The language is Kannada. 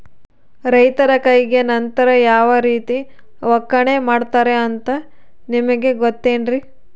ರೈತರ ಕೈಗೆ ನಂತರ ಯಾವ ರೇತಿ ಒಕ್ಕಣೆ ಮಾಡ್ತಾರೆ ಅಂತ ನಿಮಗೆ ಗೊತ್ತೇನ್ರಿ?